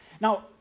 Now